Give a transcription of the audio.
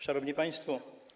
Szanowni Państwo!